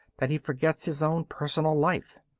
that he forgets his own personal life.